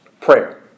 prayer